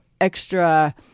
extra